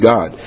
God